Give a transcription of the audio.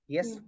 Yes